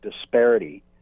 disparity